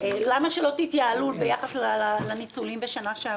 למה לא תתייעלו ביחס לניצול בשנה שעברה?